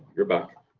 you're back!